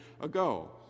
ago